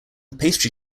pastry